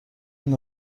این